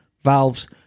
valves